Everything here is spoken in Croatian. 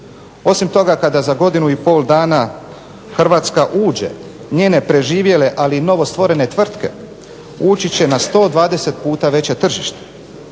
Osim toga, kada za godinu i pol dana Hrvatska uđe njene preživjele ali i novostvorene tvrtke ući će na 120 puta veće tržište,